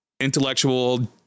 intellectual